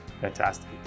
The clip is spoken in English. Fantastic